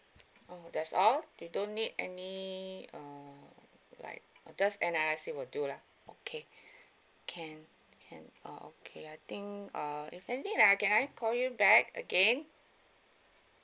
oh that's all they don't need any uh like just N_R_I_C will do lah okay can can ah okay I think uh if anything I can I call you back again